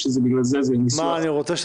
ואני עוד פעם אגיד